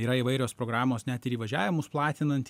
yra įvairios programos net ir įvažiavimus platinant